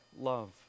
love